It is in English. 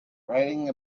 riding